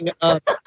up